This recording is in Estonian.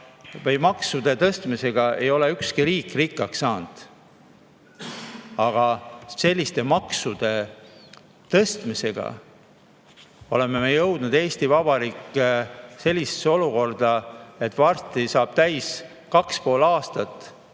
või maksude tõstmisega ei ole ükski riik rikkaks saanud. Aga selliste maksude tõstmisega oleme me, Eesti Vabariik, jõudnud sellisesse olukorda, et varsti saab täis kaks ja pool aastat,